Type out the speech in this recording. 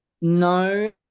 No